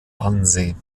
wannsee